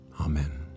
Amen